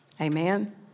Amen